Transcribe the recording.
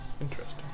Interesting